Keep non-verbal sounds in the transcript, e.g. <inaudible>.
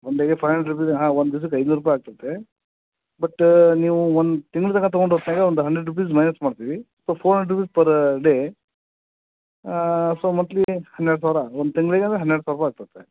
one ಡೇಗೆ five hundred rupees ಹಾಂ ಒಂದು ದಿವ್ಸಕ್ಕೆ ಐನೂರು ರೂಪಾಯಿ ಆಗ್ತೈತೆ ಬಟ್ಟ ನೀವು ಒಂದು ತಿಂಗ್ಳ ತನಕ ತಗೊಂಡು <unintelligible> ಒಂದು ಹಂಡ್ರೆಡ್ ರುಪಿಸ್ ಮೈನಸ್ ಮಾಡ್ತೀವಿ so four hundred rupees per day so monthly ಹನ್ನೆರಡು ಸಾವಿರ ಒಂದು ತಿಂಗ್ಳಿಗೆ ಅಂದ್ರೆ ಹನ್ನೆರಡು ಸಾವಿರ ರೂಪಾಯಿ ಆಗ್ತೈತೆ